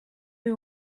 you